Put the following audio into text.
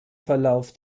verlauf